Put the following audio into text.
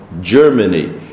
Germany